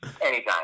anytime